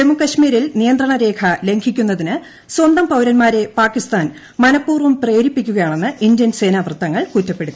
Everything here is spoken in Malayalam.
ജമ്മുകാശ്മീരിൽ നിയന്ത്രണ രേഖ ലംഘിക്കുന്നതിന് സ്വന്തം പൌരന്മാരെ പാകിസ്ഥാൻ മനപൂർവ്വം പ്രേരിപ്പിക്കുകയാണെന്ന് ഇന്ത്യൻ സേനാവൃത്തങ്ങൾ കുറ്റപ്പെടുത്തി